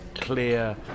clear